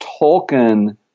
Tolkien